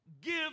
Give